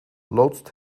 loodst